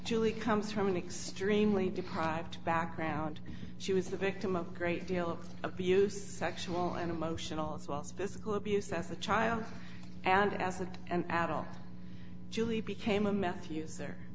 julie comes from an extremely deprived background she was the victim of a great deal of abuse sexual and emotional as well as physical abuse as a child and as an adult julie became a meth use